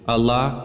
Allah